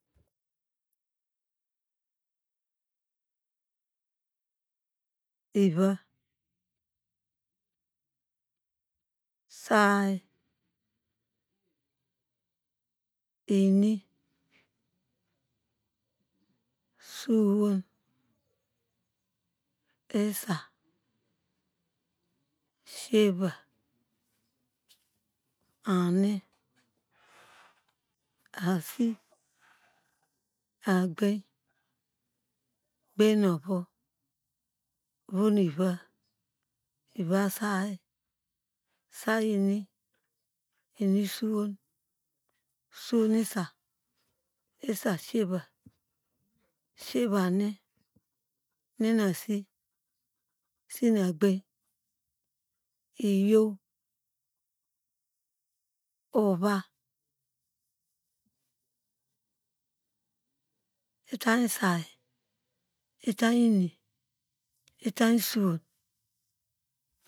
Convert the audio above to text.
ivà sày ini, súwoñ, yisa, siyeva, ani asi, eh bany, egban nu ovu egbany nuiva iba sayi sày ini, ini, suwon suwon yisa, yisa siyeva, siyeva, am, am asi, asi na, egbany, iyow, ova, itany say, itany ini, itany suwon.